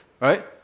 right